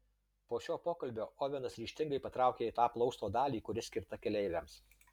po šio pokalbio ovenas ryžtingai patraukė į tą plausto dalį kuri skirta keleiviams